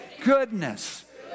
goodness